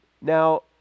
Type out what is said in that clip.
Now